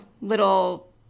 little